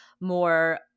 more